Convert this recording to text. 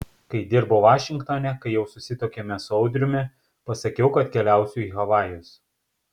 kai dirbau vašingtone kai jau susituokėme su audriumi pasakiau kad keliausiu į havajus